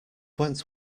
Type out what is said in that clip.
went